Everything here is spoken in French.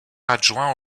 adjoint